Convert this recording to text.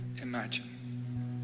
imagine